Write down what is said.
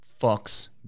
fucks